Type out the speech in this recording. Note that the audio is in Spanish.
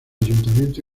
ayuntamiento